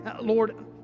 Lord